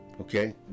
Okay